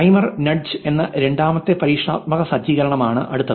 timer nudge എന്ന രണ്ടാമത്തെ പരീക്ഷണാത്മക സജ്ജീകരണം ആണ് അടുത്ത്